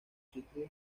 citrus